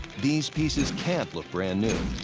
these pieces can't look brand new.